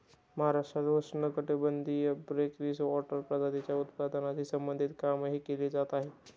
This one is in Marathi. महाराष्ट्रात उष्णकटिबंधीय ब्रेकिश वॉटर प्रजातींच्या उत्पादनाशी संबंधित कामही केले जात आहे